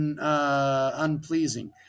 unpleasing